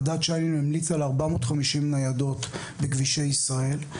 ועדת שיינין המליצה על 450 ניידות בכבישי ישראל,